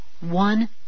one